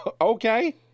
Okay